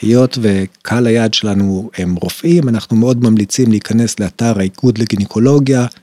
היות וקהל היעד שלנו הם רופאים, אנחנו מאוד ממליצים להיכנס לאתר האיגוד לגינקולוגיה,